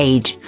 Age